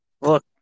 look